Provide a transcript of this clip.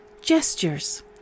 Gestures